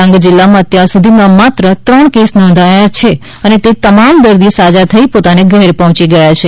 ડાંગ જિલ્લામાં અત્યાર સુધીમાં માત્ર ત્રણ કેસ નોંધાયા છે અને તે તમામ દર્દી સાજા થઈ પોતાને ઘેર પહોચી ગયા છે